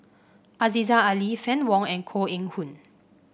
Aziza Ali Fann Wong and Koh Eng Hoon